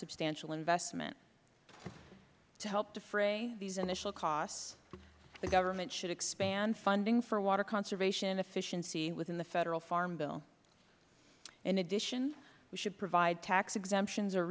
substantial investment to help defray these initial costs the government should expand funding for water conservation efficiency within the federal farm bill in addition we should provide tax exemptions or